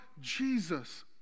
Jesus